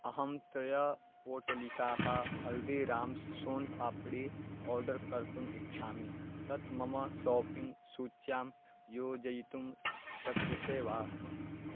अहं त्रयः पोटलिकाः हल्दीराम्स् सोन् पाप्डि आर्डर् कर्तुम् इच्छामि तत् मम सोपिङ्ग् सूच्यां योजयितुं शक्यसे वा